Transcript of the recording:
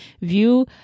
view